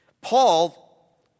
Paul